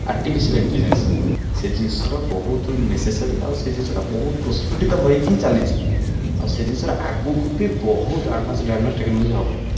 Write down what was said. artificial intelligence ସେ ଜିନିଷର ବହୁତ ନେସେସରୀ ଆଉ ସେ ଜିନିଷଟା ବହୁତ ପ୍ରୁସ୍ଫୁଟିତ ହେଇକି ଚାଲିଛି ଆଉ ସେ ଜିନିଷର ଆଗକୁ ବି ବହୁତ ଆଡ଼ଭାନ୍ସ ଆଡ଼ଭନ୍ସ ଟେକ୍ନୋଲୋଜି ହବ